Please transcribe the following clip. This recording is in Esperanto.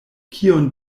kion